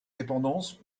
dépendances